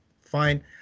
fine